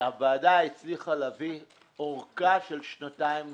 והוועדה הצליחה להביא ארכה של שנתיים נוספות.